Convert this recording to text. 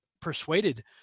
persuaded